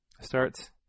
starts